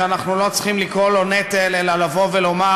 ואנחנו לא צריכים לקרוא לו נטל אלא לבוא ולומר: